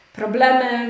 problemy